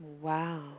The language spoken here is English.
Wow